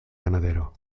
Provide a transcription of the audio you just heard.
ganadero